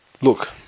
Look